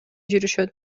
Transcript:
жүрүшөт